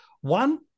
One